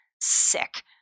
sick